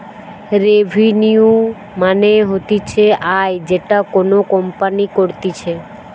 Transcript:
revenue মানে হতিছে আয় যেটা কোনো কোম্পানি করতিছে